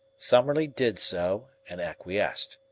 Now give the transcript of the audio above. summerlee did so and acquiesced.